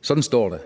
Sådan står der.